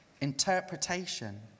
interpretation